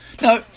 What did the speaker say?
Now